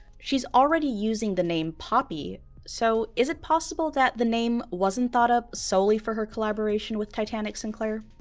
she's already using the name poppy so, is it possible that the name wasn't thought up solely for her collaboration with titanic sinclair?